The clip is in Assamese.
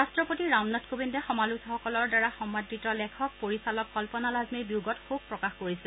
ৰট্টপতি ৰামনাথ কোবিন্দে সমালোচকসকলৰ দ্বাৰা সমাদৃত লেখক পৰিচালক কল্পনা লাজমীৰ বিয়োগত শোক প্ৰকাশ কৰিছে